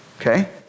okay